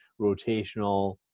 rotational